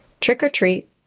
Trick-or-Treat